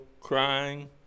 crying